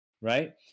right